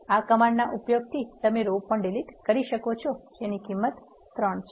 આ કમાન્ડ ના ઉપયોગથી તમે રો પણ ડિલીટ કરી શકો છો જેની કિંમત ૩ છે